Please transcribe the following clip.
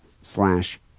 slash